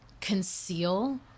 conceal